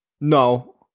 no